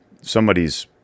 somebody's